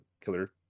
killer